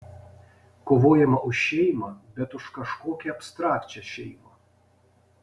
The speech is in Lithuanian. kovojama už šeimą bet už kažkokią abstrakčią šeimą